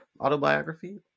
autobiography